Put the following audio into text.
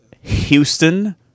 Houston